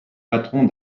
patron